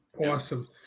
awesome